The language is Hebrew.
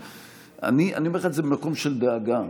אני אומר לך את זה ממקום של דאגה.